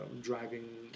driving